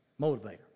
Motivator